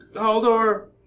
Haldor